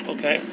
Okay